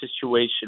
situation